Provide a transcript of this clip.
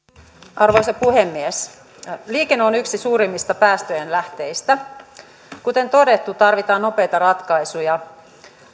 arvoisa puhemies liikenne on yksi suurimmista päästöjen lähteistä kuten todettu tarvitaan nopeita ratkaisuja